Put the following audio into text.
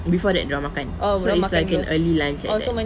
before that dorang makan so it's like an early lunch like that